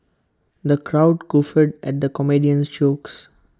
the crowd guffawed at the comedian's jokes